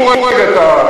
עזבו רגע את,